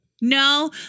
No